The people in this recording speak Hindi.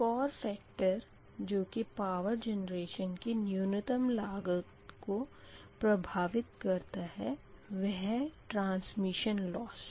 एक और फैक्टर जोकि पावर जेनरेशन की न्यूनतम लागत को प्रभावित करता है वह है ट्रांसमिशन लॉस